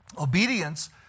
obedience